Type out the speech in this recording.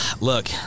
look